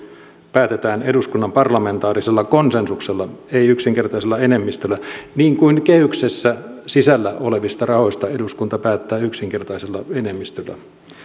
päätetään eduskunnan parlamentaarisella konsensuksella ei yksinkertaisella enemmistöllä niin kuin kehyksessä sisällä olevista rahoista eduskunta päättää yksinkertaisella enemmistöllä